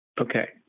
Okay